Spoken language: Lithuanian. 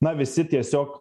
na visi tiesiog